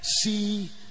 See